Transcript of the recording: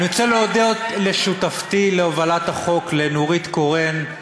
אני רוצה להודות לשותפתי להובלת החוק נורית קורן,